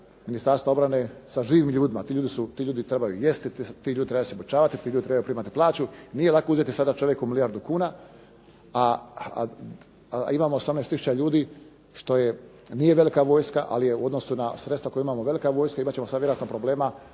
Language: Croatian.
Ministarstva obrane sa živim ljudima. Ti ljudi trebaju jesti, ti ljudi trebaju obučavati, ti ljudi trebaju primati plaću, nije lako sada tim ljudima milijardu kuna, a imamo 18 tisuća ljudi što nije velika vojska ali je u odnosu na sredstva koja imamo velika vojska imat ćemo sada vjerojatno problema